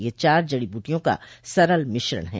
यह चार जडो बूटियों का सरल मिश्रण है